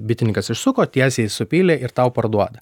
bitininkas išsuko tiesiai supylė ir tau parduoda